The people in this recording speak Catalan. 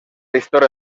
història